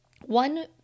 one